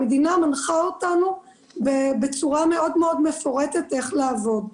המדינה מנחה אותנו בצורה מאוד מאוד מפורטת איך לעבוד.